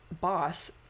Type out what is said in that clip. boss